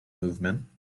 movement